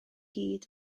gyd